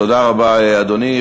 תודה רבה, אדוני.